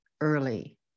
early